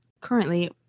currently